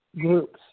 groups